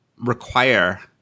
Require